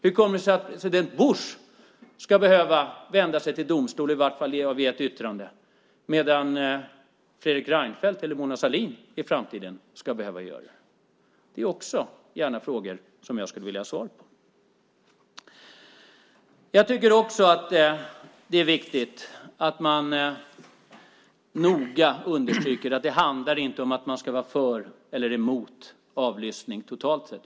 Hur kommer det sig att president Bush ska behöva vända sig till domstol eller åtminstone avge ett yttrande medan Fredrik Reinfeldt eller, i framtiden, Mona Sahlin inte ska behöva göra det? Det är också frågor som jag gärna skulle vilja ha svar på. Jag tycker också att det är viktigt att man noga understryker att det inte handlar om att man ska vara för eller emot avlyssning totalt sett.